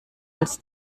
als